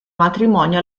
matrimonio